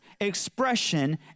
expression